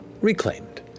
reclaimed